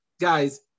guys